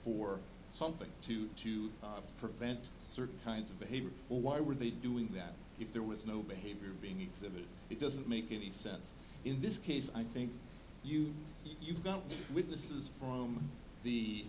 or something to to prevent certain kinds of behavior why were they doing that if there was no behavior being given it doesn't make any sense in this case i think you you've got witnesses from